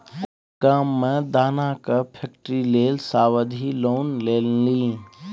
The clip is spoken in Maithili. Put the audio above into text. ओ गाममे मे दानाक फैक्ट्री लेल सावधि लोन लेलनि